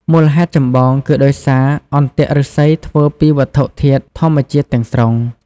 មូលហេតុចម្បងគឺដោយសារអន្ទាក់ឫស្សីធ្វើពីវត្ថុធាតុធម្មជាតិទាំងស្រុង។